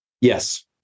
Yes